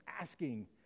asking